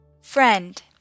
Friend